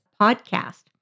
podcast